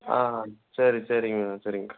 ஆ சரி சரிங்க சரிங்க